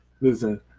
Listen